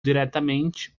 diretamente